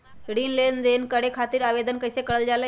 ऋण लेनदेन करे खातीर आवेदन कइसे करल जाई?